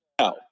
No